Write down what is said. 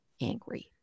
angry